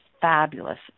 fabulous